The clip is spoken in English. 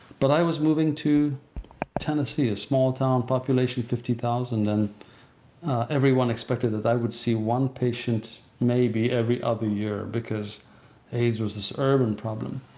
but i was moving to tennessee, a small town population, fifty thousand, and everyone expected that they would see one patient maybe every other year because aids was this urban problem.